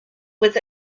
with